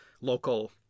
local